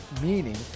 meaning